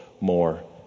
more